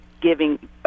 giving